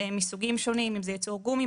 מסוגים שונים - אם זה ייצור גומי,